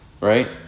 right